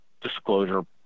disclosure